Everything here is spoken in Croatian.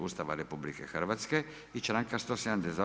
Ustava RH, i članka 172.